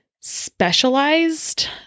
specialized